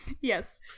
Yes